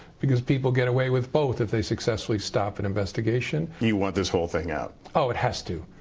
because people get away with both if they successfully stop an investigation. you want this whole thing out? oh, it has to.